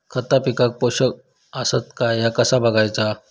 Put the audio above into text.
खता पिकाक पोषक आसत काय ह्या कसा बगायचा?